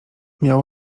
miał